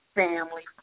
family